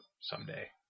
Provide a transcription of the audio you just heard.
someday